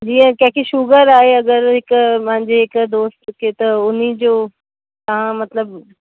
जी कंहिंखें शुगर आहे अगरि हिकु मुंहिंजी हिकु दोस्त खे त उन जो तव्हां मतिलबु